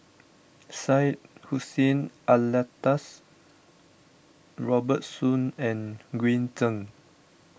Syed Hussein Alatas Robert Soon and Green Zeng